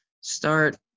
start